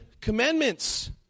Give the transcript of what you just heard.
commandments